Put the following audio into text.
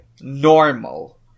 normal